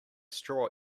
straw